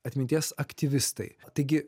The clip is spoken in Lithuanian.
atminties aktyvistai taigi